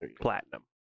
platinum